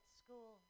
school